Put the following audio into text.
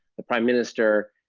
the prime minister,